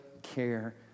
care